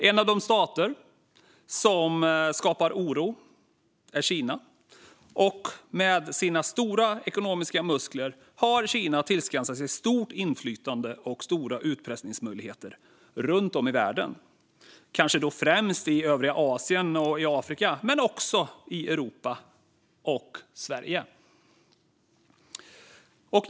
En av de stater som skapar oro är Kina. Med sina stora ekonomiska muskler har Kina tillskansat sig stort inflytande och stora utpressningsmöjligheter runt om i världen, kanske främst i övriga Asien och Afrika men också i Europa och Sverige.